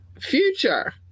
future